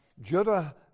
Judah